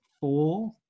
four